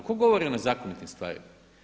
Tko govori o nezakonitim stvarima?